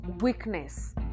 weakness